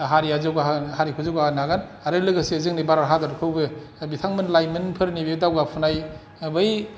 हारिखौ जौगाहोनो हागोन आरो लोगोसे जोंनि भारत हादरखौबो बिथां लाइमोन फोरनि बे दावगाफुनाय बै